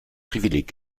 privileg